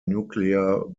nuclear